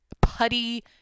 putty